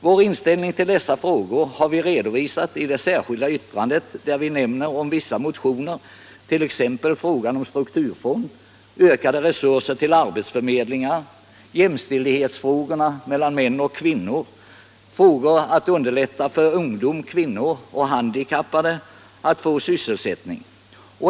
Vår inställning till dessa frågor har redovisats i det särskilda yttrandet, där vi omnämner vissa motioner, t.ex. de som berör frågan om strukturfond, ökade resurser till arbetsförmedlingar, jämställdheten mellan män och kvinnor samt underlättandet för ungdom, kvinnor och handikappade att få sysselsättning.